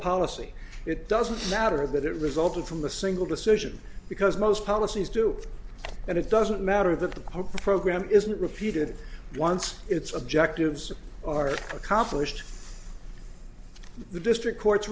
policy it doesn't matter that it resulted from the single decision because most policies do and it doesn't matter that the whole program isn't repeated once its objectives are accomplished the district court